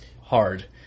hard